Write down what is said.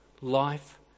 life